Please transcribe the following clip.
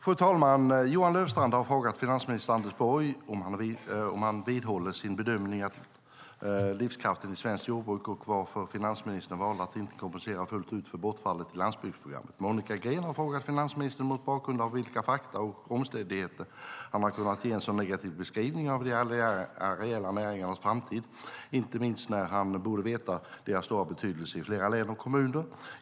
Fru talman! Johan Löfstrand har frågat finansminister Anders Borg om han vidhåller sin bedömning av livskraften i svenskt jordbruk, och varför finansministern valde att inte kompensera fullt ut för bortfallet i landsbygdsprogrammet. Monica Green har frågat finansministern mot bakgrund av vilka fakta och omständigheter han har kunnat ge en så negativ beskrivning av de areella näringarnas framtid, inte minst när han borde veta deras stora betydelse i flera län och kommuner.